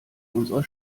unserer